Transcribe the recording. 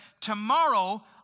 Tomorrow